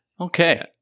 Okay